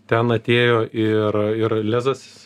ten atėjo ir ir lezas